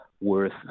worth